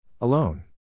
Alone